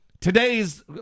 Today's